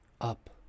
up